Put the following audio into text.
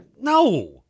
no